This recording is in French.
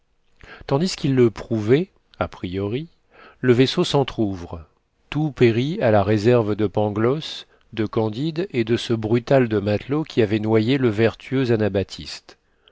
tandis qu'il le prouvait à priori le vaisseau s'entr'ouvre tout périt à la réserve de pangloss de candide et de ce brutal de matelot qui avait noyé le vertueux anabaptiste